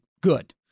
good